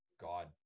God